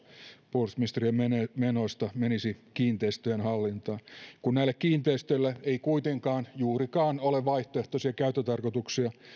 puolustusministeriön menoista menisi kiinteistöjen hallintaan kun näille kiinteistöille ei kuitenkaan juurikaan ole vaihtoehtoisia käyttötarkoituksia